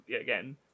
again